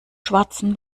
schwarzen